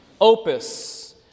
Opus